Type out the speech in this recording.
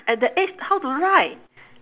at that age how to write